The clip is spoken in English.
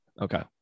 Okay